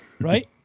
Right